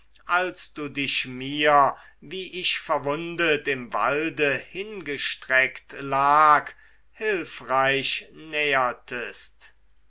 als du dich mir wie ich verwundet im walde hingestreckt lag hülfreich nähertest